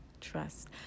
Trust